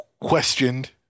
questioned